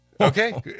okay